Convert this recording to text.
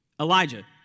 Elijah